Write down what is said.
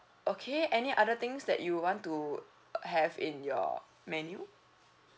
okay any other things that you want to have in your menu